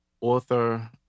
author